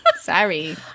Sorry